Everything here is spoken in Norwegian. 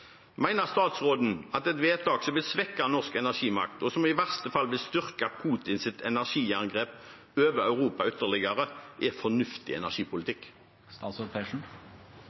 statsråden at et vedtak som vil svekke norsk energimakt, og som i verste fall vil styrke Putins energijerngrep over Europa ytterligere, er fornuftig energipolitikk?